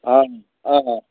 अँ अँ